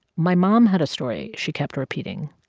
my mom had a story she kept repeating.